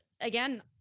again